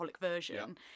version